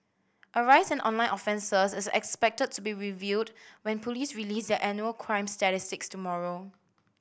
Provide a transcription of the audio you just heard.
a rise in online offences is expected to be revealed when police release their annual crime statistics tomorrow